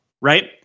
right